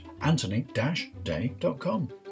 anthony-day.com